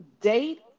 date